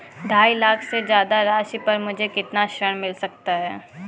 ढाई लाख से ज्यादा राशि पर मुझे कितना ऋण मिल सकता है?